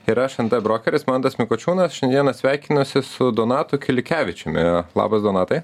ir aš nt brokeris mantas mikučiūnis šiandieną sveikinuosi su donatu kilikevičiumi labas donatai